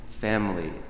family